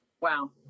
Wow